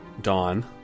dawn